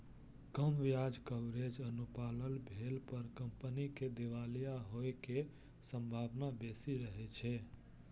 कम ब्याज कवरेज अनुपात भेला पर कंपनी के दिवालिया होइ के संभावना बेसी रहै छै